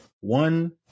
one